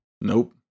Nope